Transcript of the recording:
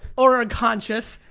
or are unconscious,